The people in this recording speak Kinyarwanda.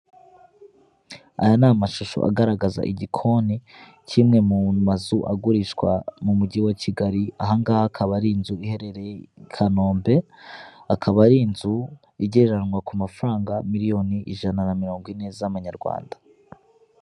Umukobwa wambaye amaherena ni misatsi y'umukara n'inzara z'umukara uri gukanda ku gikuta cy'umweru cyera, uri kwamamariza umuyoboro w'itumanaho rya airtel mu gukwirakwiza amafaranga mu buryo bwo kugura umuriro mu buryo bworoshye.